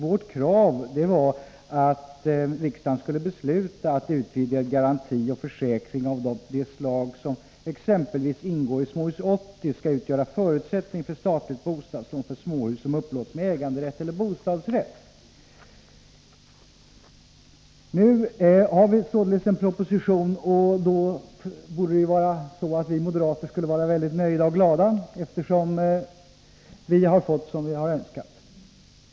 Vårt krav var att riksdagen skulle besluta att utvidgad garanti och försäkring av det slag som exempelvis ingår i Småhus 80 skall utgöra förutsättningen för statligt bostadslån för småhus som upplåts med äganderätt eller bostadsrätt. Nu har vi således en proposition. Det borde då vara så att vi moderater skulle vara mycket nöjda och glada, eftersom vi har fått som vi har önskat.